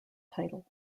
title